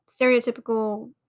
stereotypical